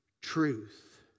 truth